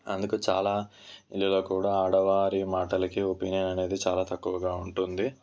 అందుకు చాలా ఇళ్ళలో కూడా ఆడవారి మాటలకు ఒపీనియన్ అనేది చాలా తక్కువగా ఉంటుంది